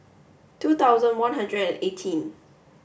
two thousand one hundred and eighteen